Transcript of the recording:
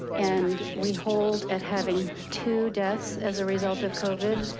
and we hold at having two deaths as a result of covid,